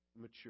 mature